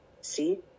see